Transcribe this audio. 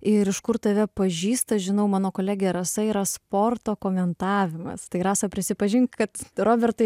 ir iš kur tave pažįsta žinau mano kolegė rasa yra sporto komentavimas tai rasa prisipažink kad robertai